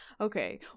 Okay